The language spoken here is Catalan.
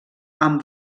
amb